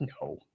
no